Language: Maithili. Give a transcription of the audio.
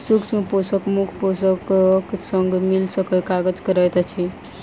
सूक्ष्म पोषक मुख्य पोषकक संग मिल क काज करैत छै